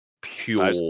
pure